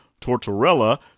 Tortorella